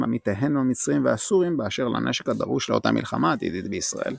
עמיתיהן המצרים והסורים באשר לנשק הדרוש לאותה מלחמה עתידית בישראל.